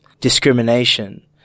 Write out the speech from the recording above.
discrimination